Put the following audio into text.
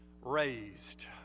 Raised